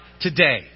today